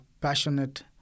passionate